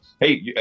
hey